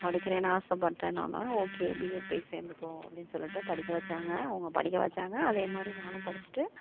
படிக்கிறேன் ஆசைப்பட்டேன்னோன okay B Ed போய் சேர்ந்துக்கோ அப்படின் சொல்லிட்டு படிக்க வச்சாங்க அவங்க படிக்க வச்சாங்க அதே மாதிரி நானும் படிச்சிட்டு